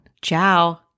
Ciao